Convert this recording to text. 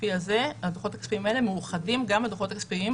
הכספיים האלה מאוחדים גם הדוחות הכספיים,